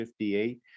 58